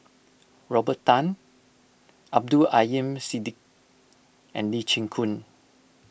Robert Tan Abdul Aleem Siddi and Lee Chin Koon